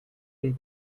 and